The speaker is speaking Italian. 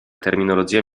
terminologia